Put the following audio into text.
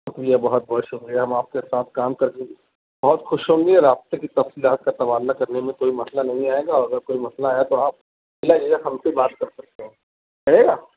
شُکریہ بہت بہت شُکریہ ہم آپ کے ساتھ کام کر کے بہت خوش ہوں گے اور آپ سے بھی تفصیلات کا تبادلہ کرنے میں کوئی مسئلہ نہیں آئے گا اور اگر کوئی مسئلہ ہے تو آپ بِلا جھجھک ہم سے بات کر سکتے ہیں چلے گا